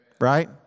right